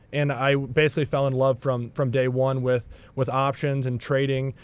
and i basically fell in love from from day one with with options, and trading,